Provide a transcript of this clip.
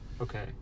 okay